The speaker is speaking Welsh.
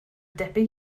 debyg